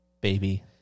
baby